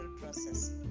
process